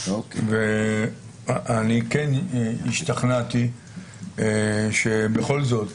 ואני כן השתכנעתי שבכל זאת